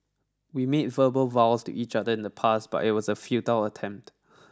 we made verbal vows to each other in the past but it was a futile attempt